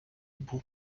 був